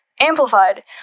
Amplified